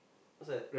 what's that